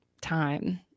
time